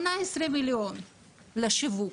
18 מיליון לשיווק,